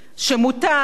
שמוטל,